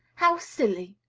how silly!